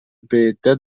бэйэтэ